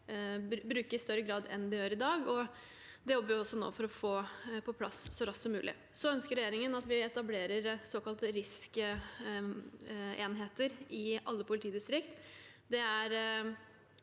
bruke i større grad enn de gjør i dag. Det jobber vi nå for å få på plass så raskt som mulig. Regjeringen ønsker at vi etablerer såkalte RISK-enheter i alle politidistrikt.